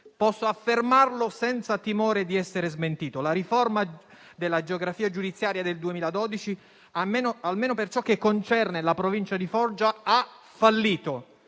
Posso affermarlo senza timore di essere smentito: la riforma della geografia giudiziaria del 2012, almeno per ciò che concerne la Provincia di Foggia, ha fallito.